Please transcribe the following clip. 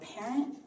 parent